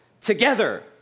together